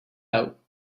out